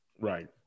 Right